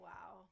Wow